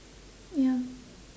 ya